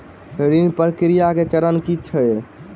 ऋण प्रक्रिया केँ चरण की है?